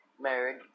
married